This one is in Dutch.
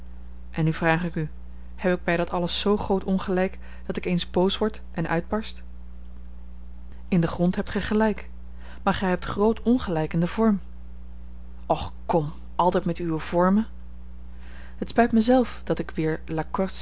en nu vraag ik u heb ik bij dat alles zoo groot ongelijk dat ik eens boos word en uitbarst in den grond hebt gij gelijk maar gij hebt groot ongelijk in den vorm och kom altijd met uwe vormen het spijt mij zelf dat ik weer